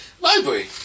library